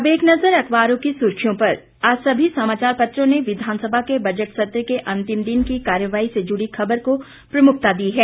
अब एक नजर अखबारों की सुर्खियों पर आज सभी समाचार पत्रों ने विधानसभा के बजट सत्र के अंतिम दिन की कार्यवाही से जुड़ी खबर को प्रमुखता दी है